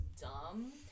dumb